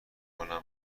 کنم